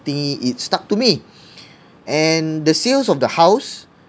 thingy it stuck to me and the sales of the house